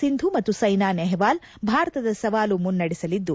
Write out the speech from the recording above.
ಸಿಂಧೂ ಮತ್ತು ಸೈನಾ ನೆಹ್ವಾಲ್ ಭಾರತದ ಸವಾಲು ಮುನ್ನಡೆಸಲಿದ್ದು